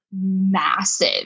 massive